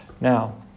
Now